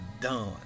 done